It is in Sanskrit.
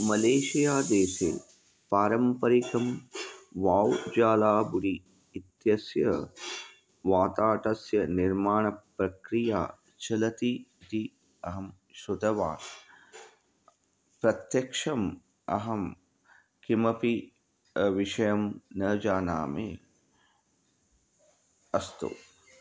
मलेशिया देशे पारम्परिकं वाव् जालाबुडी इत्यस्य वाताटस्य निर्माणप्रक्रिया चलति इति अहं श्रुतवान् प्रत्यक्षम् अहं किमपि विषयं न जानामि अस्तु